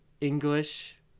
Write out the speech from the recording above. English